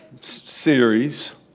series